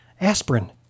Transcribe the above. Aspirin